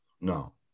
no